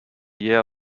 year